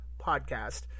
podcast